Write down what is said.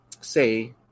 say